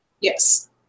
Yes